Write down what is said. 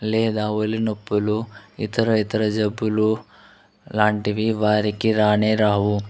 లేదా ఒళ్ళు నొప్పులు ఇతర ఇతర జబ్బులు లాంటివి వారికి రానే రావు